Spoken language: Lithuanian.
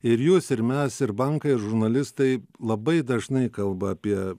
ir jūs ir mes ir bankai ir žurnalistai labai dažnai kalba apie